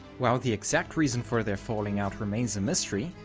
while the exact reason for their falling out remains a mystery,